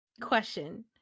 Question